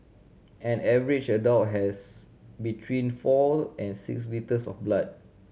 an average adult has between four and six litres of blood